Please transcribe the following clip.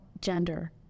gender